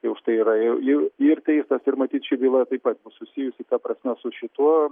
jau už tai yra ir ir teistas ir matyt ši byla taip pat bus susijusi ta prasme su šituo